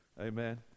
Amen